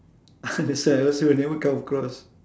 that's why I also never come across